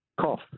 cough